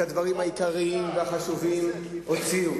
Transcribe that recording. את הדברים העיקריים והחשובים הוציאו,